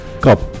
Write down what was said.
cop